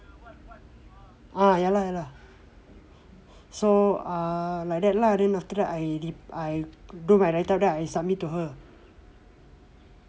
ah ya lah ya lah so err like that lah after that I re~ I do my write up then I submit to her